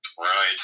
Right